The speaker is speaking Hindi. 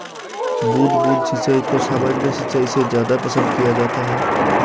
बूंद बूंद सिंचाई को सामान्य सिंचाई से ज़्यादा पसंद किया जाता है